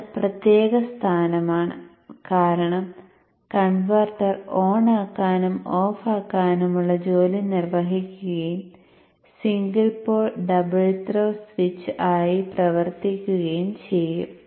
അത് പ്രത്യേക സ്ഥാനമാണ് കാരണം കൺവെർട്ടർ ഓണാക്കാനും ഓഫാക്കാനുമുള്ള ജോലി നിർവഹിക്കുകയും single pole double throw switch ആയി പ്രവർത്തിക്കുകയും ചെയ്യും